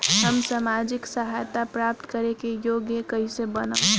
हम सामाजिक सहायता प्राप्त करे के योग्य कइसे बनब?